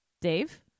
Dave